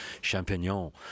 champignons